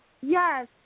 Yes